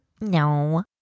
No